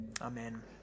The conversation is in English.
Amen